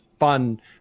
fun